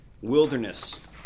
Wilderness